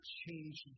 change